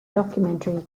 documentary